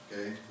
okay